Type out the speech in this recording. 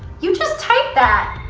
you just typed that!